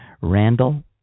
randall